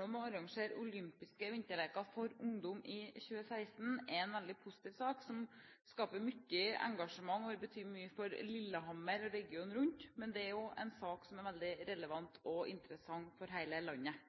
om å arrangere olympiske vinterleker for ungdom i 2016 er en veldig positiv sak, som skaper mye engasjement og vil bety mye for Lillehammer og regionen rundt, men det er også en sak som er veldig relevant og interessant for hele landet.